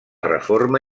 reforma